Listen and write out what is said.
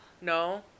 No